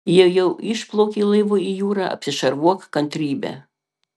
jei jau išplaukei laivu į jūrą apsišarvuok kantrybe